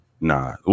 nah